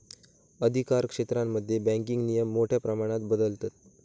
अधिकारक्षेत्रांमध्ये बँकिंग नियम मोठ्या प्रमाणात बदलतत